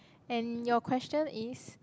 and your question is